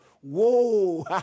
whoa